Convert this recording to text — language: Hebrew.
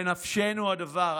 בנפשנו הדבר.